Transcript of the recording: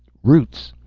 roots.